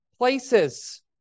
places